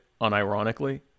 unironically